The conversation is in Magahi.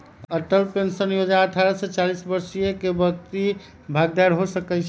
अटल पेंशन जोजना अठारह से चालीस वरिस के व्यक्ति भागीदार हो सकइ छै